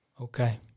Okay